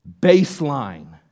baseline